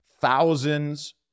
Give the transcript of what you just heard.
thousands